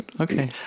Okay